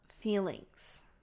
feelings